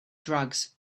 drugs